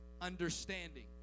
understanding